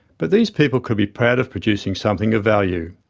but these people could be proud of producing something of value,